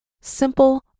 simple